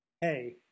hey